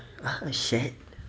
a shed